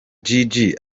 jiji